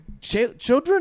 children